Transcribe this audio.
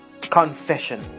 Confession